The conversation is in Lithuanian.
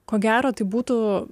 ko gero tai būtų